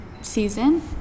season